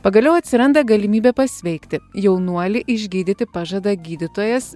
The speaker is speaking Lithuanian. pagaliau atsiranda galimybė pasveikti jaunuolį išgydyti pažada gydytojas